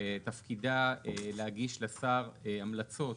שתפקידה להגיש לשר המלצות